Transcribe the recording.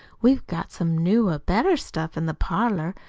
we've got some newer, better stuff in the parlor.